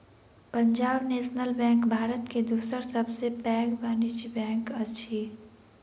Punjab national bank Bharat के दोसर सब सॅ पैघ वाणिज्य बैंक अछि